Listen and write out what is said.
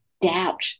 doubt